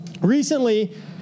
recently